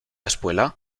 espuela